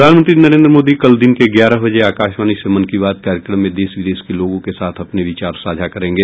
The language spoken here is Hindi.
प्रधानमंत्री नरेन्द्र मोदी कल दिन के ग्यारह बजे आकाशवाणी से मन की बात कार्यक्रम में देश विदेश के लोगों के साथ अपने विचार साझा करेंगे